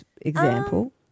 example